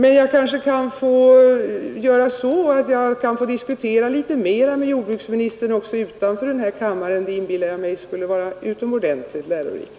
Men jag kanske kan få diskutera litet mera med jordbruksministern också utanför den här kammaren. Jag inbillar mig att det skulle vara utomordentligt lärorikt.